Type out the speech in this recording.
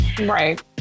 Right